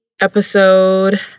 Episode